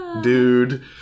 dude